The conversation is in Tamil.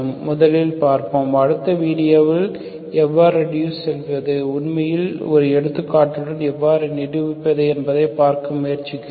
முதலில் பார்ப்போம் அடுத்த வீடியோவில் எவ்வாறு ரெடியூஸ் செய்வது உண்மையில் ஒரு எடுத்துக்காட்டுடன் எவ்வாறு நிரூபிப்பது என்பதைப் பார்க்க முயற்சிப்போம்